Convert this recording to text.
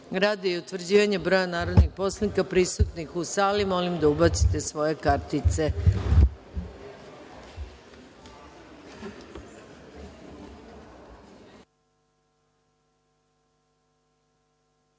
utvrđivanja broja narodnih poslanika prisutnih u sali, molim vas da ubacite svoje kartice